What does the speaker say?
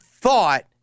thought